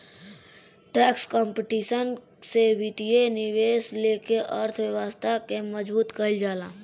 tax competition से वित्तीय निवेश लेके अर्थव्यवस्था के मजबूत कईल जाला